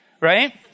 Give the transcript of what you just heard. right